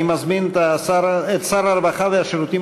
אני מזמין את שר הרווחה והשירותים